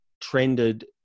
trended